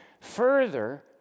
further